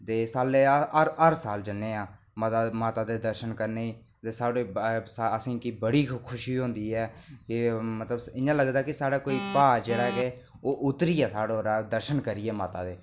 ते सालै दा अस हर साल जन्ने आं माता दे दर्शन करने गी ते असें गी बड़ी खुशी होंदी ऐ ते मतलब इ'यां लगदा कि साढ़ा भार जि'यां कि उतरी गेआ दर्शन करियै माता दे